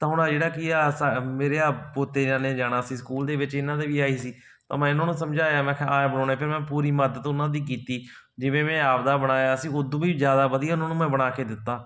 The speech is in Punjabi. ਤਾਂ ਹੁਣ ਆਹ ਜਿਹੜਾ ਕੀ ਆ ਸਾ ਮੇਰਿਆ ਪੋਤਿਆਂ ਨੇ ਜਾਣਾ ਸੀ ਸਕੂਲ ਦੇ ਵਿੱਚ ਇਹਨਾਂ ਦੇ ਵੀ ਆਹੀ ਸੀ ਮੈਂ ਉਹਨਾਂ ਨੂੰ ਸਮਝਾਇਆ ਮੈਂ ਕਿਹਾ ਐਂ ਬਣਾਉਣੇ ਫਿਰ ਮੈਂ ਪੂਰੀ ਮਦਦ ਉਹਨਾਂ ਦੀ ਕੀਤੀ ਜਿਵੇਂ ਮੈਂ ਆਪਦਾ ਬਣਾਇਆ ਸੀ ਉਦੋਂ ਵੀ ਜ਼ਿਆਦਾ ਵਧੀਆ ਉਹਨਾਂ ਨੂੰ ਮੈਂ ਬਣਾ ਕੇ ਦਿੱਤਾ